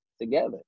together